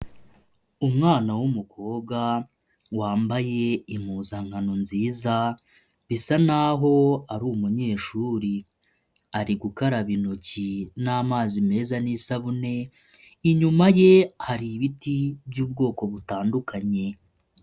Umwana w'umukobwa wambaye impuzankano nziza bisa naho ari umunyeshuri, ari gukaraba intoki n'amazi meza n'isabune, inyuma ye hari ibiti by'ubwoko butandukanye.